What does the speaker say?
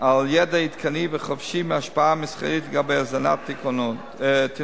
על ידע עדכני וחופשי מהשפעה מסחרית על הזנת תינוקן.